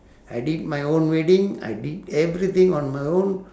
I did my own wedding I did everything on my own